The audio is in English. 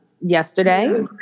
yesterday